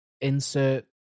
insert